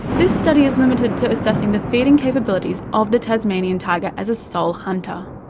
this study is limited to assessing the feeding capabilities of the tasmanian tiger as a sole hunter.